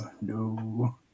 no